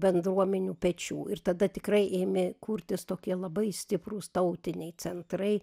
bendruomenių pečių ir tada tikrai ėmė kurtis tokie labai stiprūs tautiniai centrai